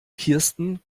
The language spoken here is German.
kirsten